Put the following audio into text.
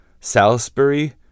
Salisbury